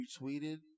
retweeted